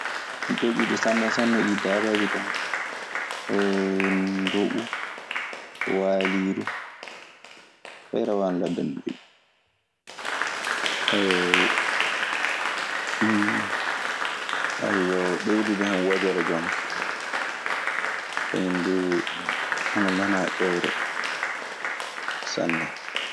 Ƴoƴuɗi sanne sanne ley dabaaji kaa ee ndoɓu, waaliiru, Fay rawaandu ladde ana ƴoƴi. ɓeydude hen wojere jonka. Kañun duu ana manaa ƴoyre sanne.